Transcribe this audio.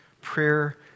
prayer